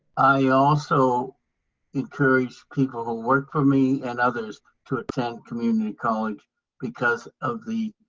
i also encourage people who work for me and others to attend community college because of the